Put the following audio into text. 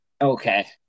Okay